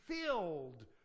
filled